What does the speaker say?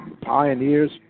Pioneers